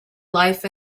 life